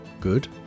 Good